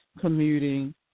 commuting